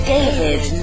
David